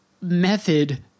method